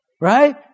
Right